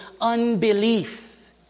unbelief